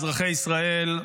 אזרחי ישראל,